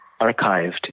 archived